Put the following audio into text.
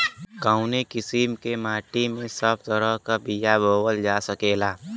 कवने किसीम के माटी में सब तरह के बिया बोवल जा सकेला?